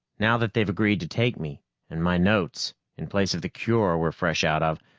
now that they've agreed to take me and my notes in place of the cure we're fresh out of,